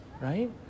right